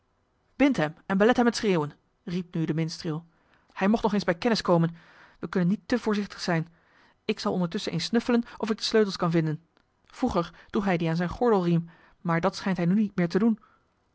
bindt hem en belet hem het schreeuwen riep nu de minstreel hij mocht nog eens bij kennis komen wij kunnen niet te voorzichtig zijn ik zal ondertusschen eens snuffelen of ik de sleutels kan vinden vroeger droeg hij die aan zijn gordelriem maar dat schijnt hij nu niet meer te doen